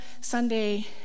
Sunday